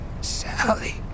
Sally